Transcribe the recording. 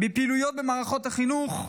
בפעילויות במערכות מחינוך,